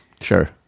Sure